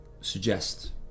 suggest